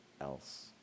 else